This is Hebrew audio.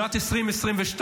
שנת 2022,